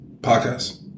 Podcast